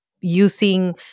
using